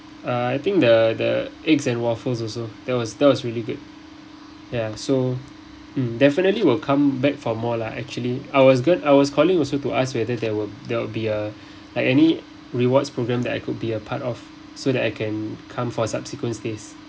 uh I think the the eggs and waffles also that was that was really good ya so mm definitely will come back for more lah actually I was good I was calling also to ask whether there will there will be a like any rewards programme that I could be a part of so that I can come for subsequent stays